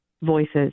voices